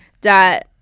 dot